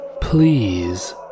please